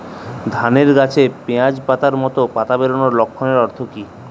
ধানের গাছে পিয়াজ পাতার মতো পাতা বেরোনোর লক্ষণের অর্থ কী?